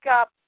up